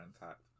intact